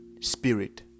spirit